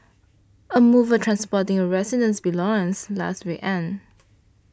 a mover transporting a resident's belongings last weekend